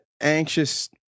anxious